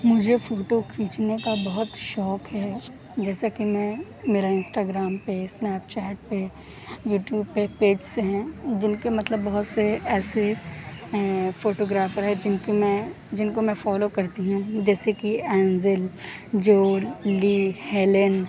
مجھے فوٹو کھینچنے کا بہت شوق ہے جیسا کہ میں میرا انسٹاگرام پہ اسنیپ چیٹ پہ یوٹیوب پہ پیجس ہیں جن کے مطلب بہت سے ایسے فوٹوگرافر ہے جن کی میں جن کو میں فالو کرتی ہوں جیسے کہ اینزل جولی ہیلن